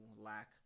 lack